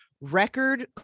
record